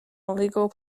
illegal